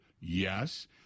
Yes